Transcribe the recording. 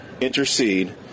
intercede